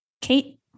Kate